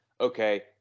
okay